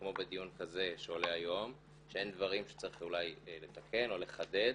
כמו בדיון כזה שעולה היום שאין דברים שצריך אולי לתקן או לחדד.